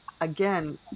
again